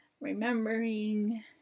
remembering